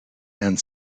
and